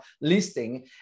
listing